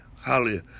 Hallelujah